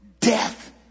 Death